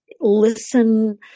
listen